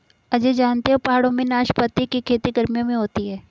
अजय जानते हो पहाड़ों में नाशपाती की खेती गर्मियों में होती है